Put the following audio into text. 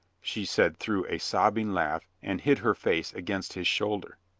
she said through a sobbing laugh and hid her face against his shoulder.